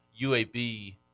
UAB